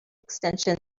extension